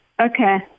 Okay